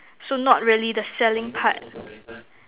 so not really the selling part